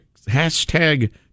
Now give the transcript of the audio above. hashtag